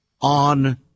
on